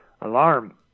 alarm